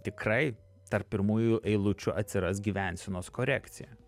tikrai tarp pirmųjų eilučių atsiras gyvensenos korekcija